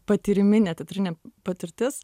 patyriminė teatrinė patirtis